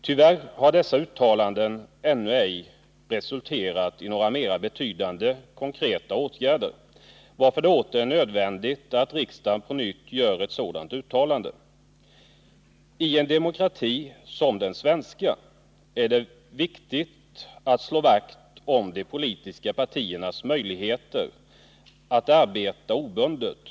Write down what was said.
Tyvärr har dessa uttalanden ännu ej resulterat i några mer betydande konkreta åtgärder, varför det åter är nödvändigt att riksdagen på nytt gör ett sådant uttalande. I en demokrati som den svenska är det viktigt att slå vakt om de politiska partiernas möjligheter att arbeta obundet.